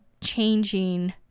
changing